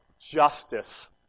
justice